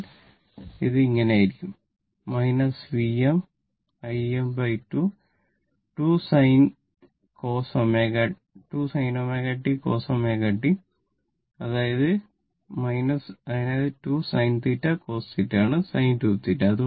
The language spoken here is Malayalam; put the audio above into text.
അതിനാൽ ഇത് ആയിരിക്കും Vm Im2 2 sin cos ωt cos ω t അതായത് 2 sinθ cosθ അതാണ് sin 2θ